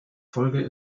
folge